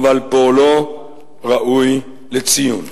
אבל פועלו ראוי לציון.